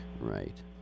Right